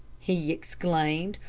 he exclaimed,